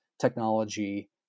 technology